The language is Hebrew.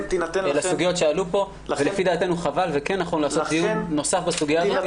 לסוגיות שעלו פה ולדעתנו חבל וכן נכון לעשות דיון נוסף בסוגיה הזאת.